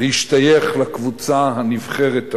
להשתייך לקבוצה הנבחרת הזאת.